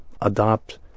adopt